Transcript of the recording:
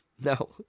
No